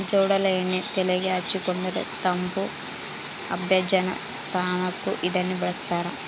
ಔಡಲ ಎಣ್ಣೆ ತೆಲೆಗೆ ಹಚ್ಚಿಕೊಂಡರೆ ತಂಪು ಅಭ್ಯಂಜನ ಸ್ನಾನಕ್ಕೂ ಇದನ್ನೇ ಬಳಸ್ತಾರ